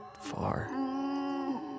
far